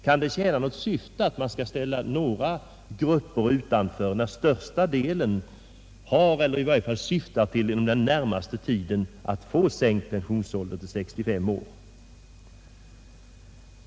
Kan det tjäna något syfte att ställa några grupper utanför när största delen har fått, eller i varje fall syftar till att inom den närmaste tiden få, sänkt pensionsålder till 65 år?